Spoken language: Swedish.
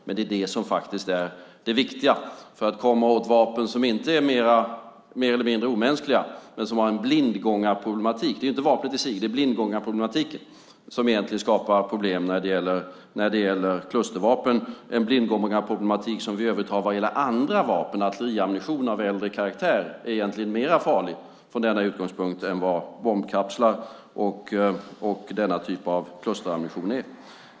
Men det är det som är det viktiga för att komma åt vapen som inte är mer eller mindre omänskliga men som har en blindgångarproblematik. Det är inte vapnet i sig utan blindgångarproblematiken som egentligen skapar problem när det gäller klustervapen, en blindgångarproblematik som vi övertar vad gäller andra vapen. Artilleriammunition av äldre karaktär är egentligen farligare från denna utgångspunkt än bombkapslar och denna typ av klusterammunition är.